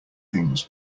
things